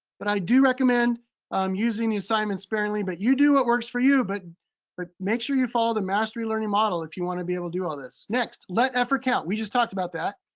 but i do recommend um using the assignments sparingly. but you do what works for you. but but make sure you follow the mastery learning model if you wanna be able to do all this. next, let effort count. we just talked about that.